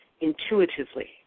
intuitively